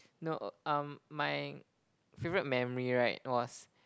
no um my favourite memory right was